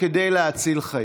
לפיכך, אני אגיד את המשפט הבא.